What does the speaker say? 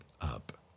up